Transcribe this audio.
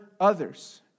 others